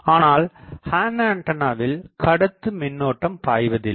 ஆனால் ஹார்ன்ஆண்டனாவில் கடத்து மின்னோட்டம் பாய்வதில்லை